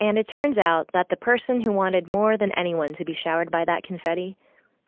and it turns out that the person who wanted more than anyone to be showered by that confetti